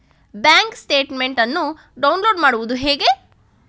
Bank statement ಅನ್ನು download ಮಾಡುವುದು ಹೇಗೆ?